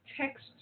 text